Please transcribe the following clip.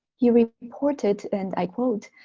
he reported, and i quote,